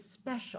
special